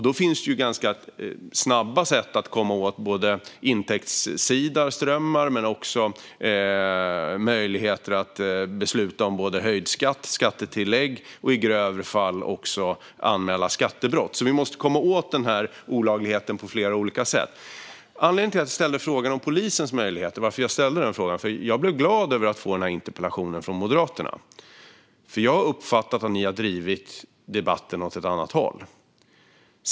Då finns det ganska snabba sätt att komma åt intäktsströmmar men också möjligheter att besluta om höjd skatt och skattetillägg och i grövre fall anmäla skattebrott. Vi måste komma åt olagligheten på flera olika sätt. Anledningen till att jag ställde frågan om polisens möjligheter var att jag blev glad av att få den här interpellationen från Moderaterna. Jag har nämligen uppfattat att ni har drivit debatten åt ett annat håll.